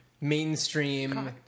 mainstream